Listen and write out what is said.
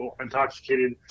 intoxicated